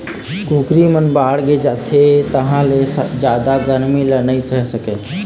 कुकरी मन बाड़गे जाथे तहाँ ले जादा गरमी ल नइ सहे सकय